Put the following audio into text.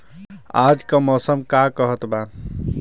आज क मौसम का कहत बा?